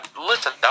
Listen